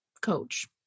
coach